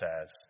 says